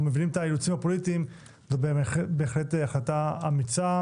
מבינים את האילוצים הפוליטיים זאת בהחלט החלטה אמיצה.